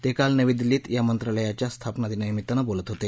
ते काल नवी दिल्लीत या मंत्रालयाच्या स्थापना दिनानिमित्त बोलत होते